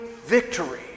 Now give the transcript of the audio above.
victory